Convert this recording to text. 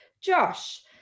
Josh